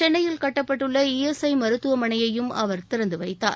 சென்னையில் கட்டப்பட்டுள்ள ஈஎஸ்ஐ மருத்துவமனையையும் அவர் திறந்து வைத்தார்